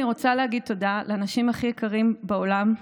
אני רוצה להגיד תודה לאנשים הכי יקרים בעולם,